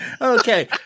Okay